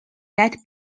that